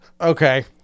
Okay